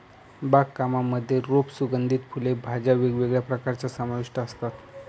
बाग कामांमध्ये रोप, सुगंधित फुले, भाज्या वेगवेगळ्या प्रकारच्या समाविष्ट असतात